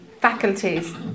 faculties